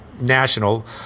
national